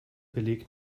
beleg